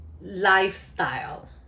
lifestyle